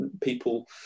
people